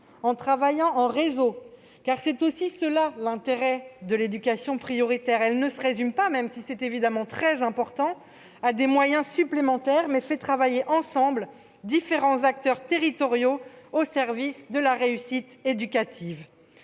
en travaillant en réseau, car c'est aussi cela l'intérêt de l'éducation prioritaire. Celle-ci ne se résume pas, même si c'est évidemment très important, à des moyens supplémentaires : elle fait travailler ensemble différents acteurs territoriaux au service de la réussite éducative.